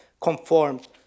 conformed